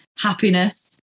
happiness